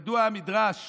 ידוע המדרש